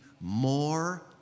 more